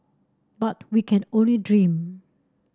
but we can only dream